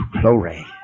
Glory